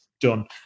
done